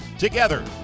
Together